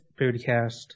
podcast